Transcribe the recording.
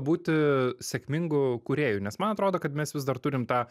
būti sėkmingu kūrėju nes man atrodo kad mes vis dar turim tą